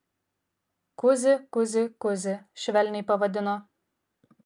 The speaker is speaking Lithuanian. kuzi kuzi kuzi švelniai pavadino